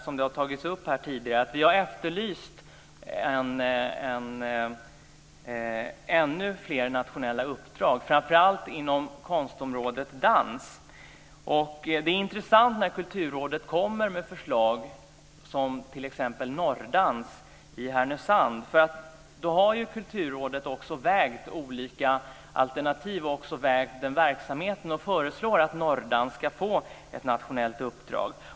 Som tidigare här har sagts har vi efterlyst ännu fler nationella uppdrag, framför allt inom konstområdet dans. Det är intressant när Kulturrådet t.ex. lägger fram förslag om Norrdans i Härnösand. Kulturrådet har vägt olika alternativ i verksamheten och föreslår att Norrdans ska få ett nationellt uppdrag.